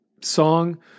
song